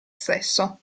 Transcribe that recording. stesso